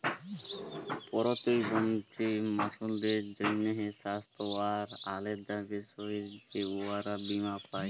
পরতিবল্ধী মালুসদের জ্যনহে স্বাস্থ্য আর আলেদা বিষয়ে যে উয়ারা বীমা পায়